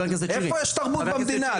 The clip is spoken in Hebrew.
איפה יש תרבות במדינה?